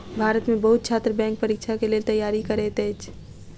भारत में बहुत छात्र बैंक परीक्षा के लेल तैयारी करैत अछि